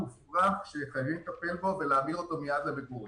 זה דבר מופרך שחייבים לטפל בו ולהמיר אותו מיד למגורים.